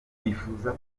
bakifuza